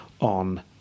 on